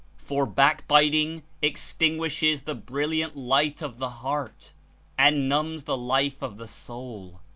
for backbiting extinguishes the brilliant light of the heart and numbs the life of the soul.